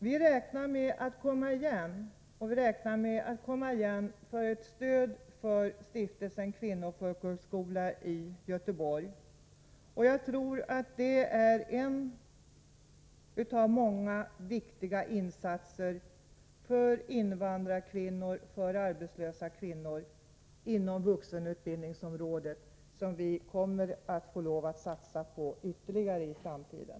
Vi räknar med att komma igen, och vi räknar med att komma igen för ett stöd för Stiftelsen Kvinnofolkhögskola i Göteborg. Jag tror att det är en av många viktiga åtgärder för invandrarkvinnor och arbetslösa kvinnor som vi inom vuxenutbildningsområdet kommer att få satsa ytterligare på i framtiden.